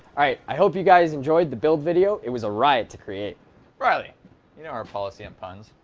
i hope you guys enjoyed the build video it was a riot to create riley you know our policy on puns